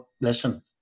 listen